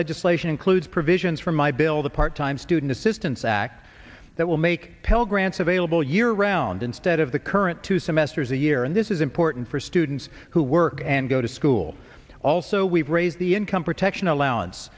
legislation includes provisions for my bill the part time student assistance act that will make pell grants available year round instead of the current two semesters a year and this is important for students who work and go to school also we've raised the income protection allowance